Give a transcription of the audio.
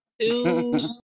Two